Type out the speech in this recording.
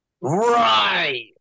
Right